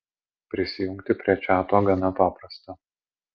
prisijungti prie čiato gana paprasta